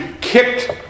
kicked